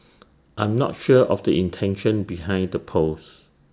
I'm not sure of the intention behind the post